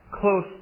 close